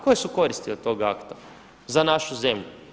Koje su koristi od tog akta za našu zemlju?